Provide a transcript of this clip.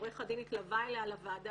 עורך הדין התלווה אליה לוועדה,